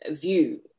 view